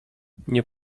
nie